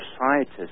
scientists